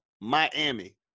Miami